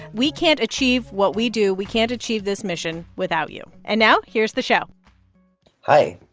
we can't achieve what we do we can't achieve this mission without you, and now here's the show hi.